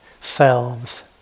selves